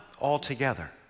altogether